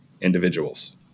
individuals